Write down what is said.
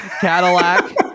Cadillac